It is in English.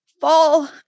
fall